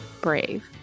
brave